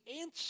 answer